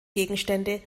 gegenstände